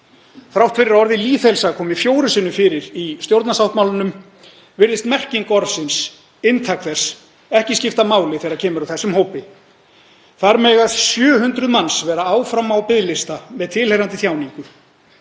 Þrátt fyrir að orðið lýðheilsa kom fjórum sinnum fyrir í stjórnarsáttmálanum virðist merking orðsins, inntak þess, ekki skipta máli þegar kemur að þessum hópi. Þar mega 700 manns vera áfram á biðlista með tilheyrandi þjáningu.